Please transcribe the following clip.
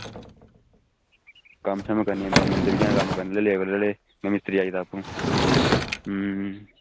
कम्म शम्म करने तां बंदे बी हैन कम्म करने आह्ले लेबर आह्ले मिस्तरी आई गेदा आपूं